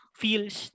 feels